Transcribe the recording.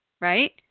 right